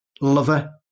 lover